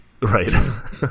Right